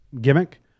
gimmick